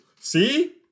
See